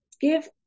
give